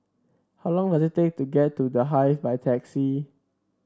how long does it take to get to The Hive by taxi